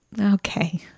Okay